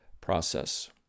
process